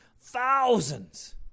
Thousands